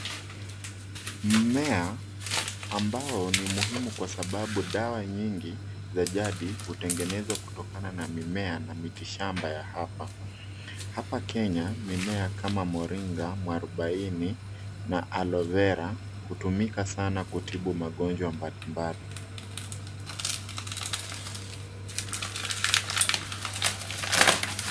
Mmea ambao ni muhimu kwa sababu dawa nyingi za jadi hutengenezwa kutokana na mimea na mitishamba ya hapa. Hapa Kenya mimea kama moringa, muarubaini na aloe vera hutumika sana kutibu magonjwa mbalimbali.